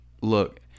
look